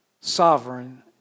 sovereign